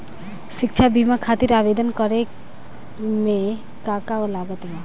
शिक्षा बीमा खातिर आवेदन करे म का का लागत बा?